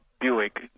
Buick